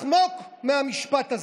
לחמוק מהמשפט הזה.